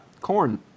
corn